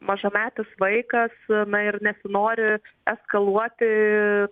mažametis vaikas na ir nesinori eskaluoti